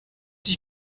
dich